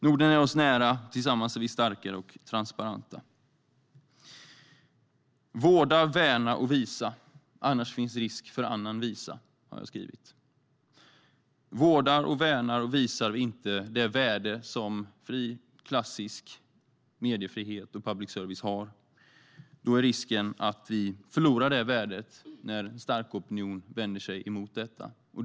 Norden är oss nära - tillsammans är vi starkare och transparenta. Vårda, värna och visa - annars finns risk för annan visa, har jag skrivit. Om vi inte vårdar, värnar och visar det värde som klassisk mediefrihet och public service har är risken att vi förlorar det värdet när en stark opinion vänder sig emot det.